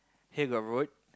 here got road